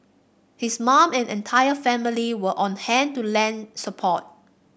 his mum and entire family were on hand to lend support